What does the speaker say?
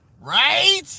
right